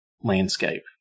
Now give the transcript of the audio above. landscape